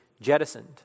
jettisoned